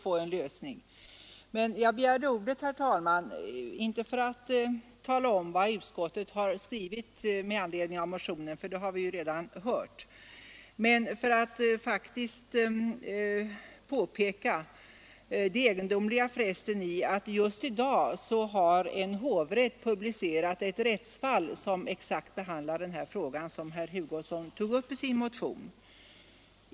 Jag har inte begärt ordet, herr talman, för att redovisa vad utskottet har skrivit med anledning av herr Hugossons motion — det har vi ju redan fått höra — utan för att påpeka det egendomliga sammanträffande att en hovrätt just i dag har publicerat ett rättsfall som exakt behandlar den fråga herr Hugosson tagit upp i sin motion.